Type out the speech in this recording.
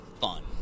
fun